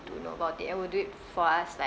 do know about it and will do it for us like